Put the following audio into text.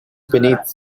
beneath